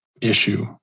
issue